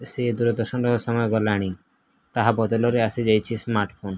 ସେ ଦୂରଦର୍ଶନର ସମୟ ଗଲାଣି ତାହା ବଦଲରେ ଆସିଯାଇଛି ସ୍ମାର୍ଟ୍ ଫୋନ୍